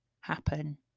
happen